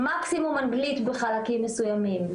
מקסימום אנגלית בחלקים מסוימים,